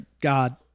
God